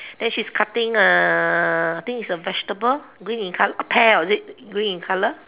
then she's cutting uh I think is a vegetable green in color pear or is it green in colour